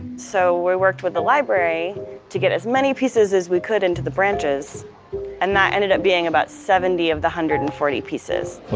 so, we worked with the library to get as many pieces as we could into the branches and that ended up being about seventy of the one hundred and forty pieces